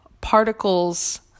particles